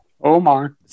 Omar